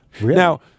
Now